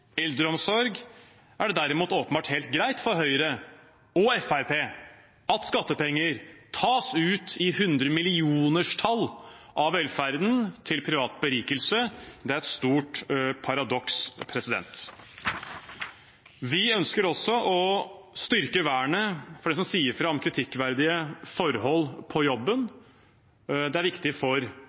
eldreomsorg, er det derimot åpenbart helt greit for Høyre og Fremskrittspartiet at skattepenger, flere hundre millioner kroner, tas ut av velferden til privat berikelse. Det er et stort paradoks. Vi ønsker også å styrke vernet for dem som sier fra om kritikkverdige forhold på jobben. Det er viktig for